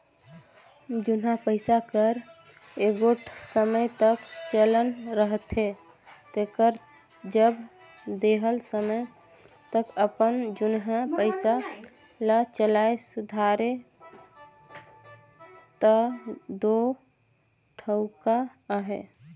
जुनहा पइसा कर एगोट समे तक चलन रहथे तेकर जब देहल समे तक अपन जुनहा पइसा ल चलाए सुधारे ता दो ठउका अहे